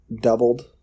doubled